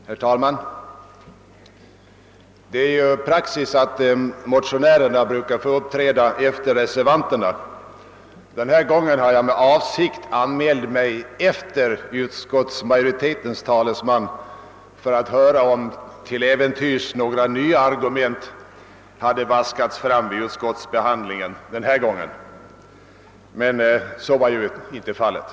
Herr talman! Det är ju praxis att motionärerna uppträder närmast efter reservanterna. Denna gång har jag med avsikt anmält mig efter utskottsmajoritetens talesman för att höra om till äventyrs några nya argument hade vaskats fram vid utskottsbehandlingen. Så var dock inte fallet.